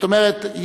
זאת אומרת,